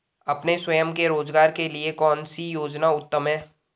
अपने स्वयं के रोज़गार के लिए कौनसी योजना उत्तम है?